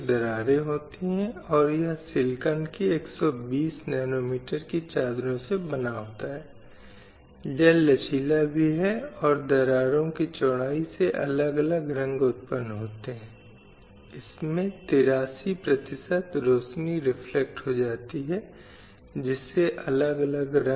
और पुरुषों और महिलाओं के बीच असमानता की स्थिति पर आगे जोर देने के लिए एक राजनीतिक भागीदारी में देख सकते हैं और एक अन्य क्षेत्र न्यायिक सेटअप में महिलाओं की संख्या है जो यह दर्शाता है कि अंतरकी स्थिति में और विशेष रूप से राजनीतिक क्षेत्र में कितनी महिलाएं हैं